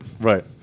right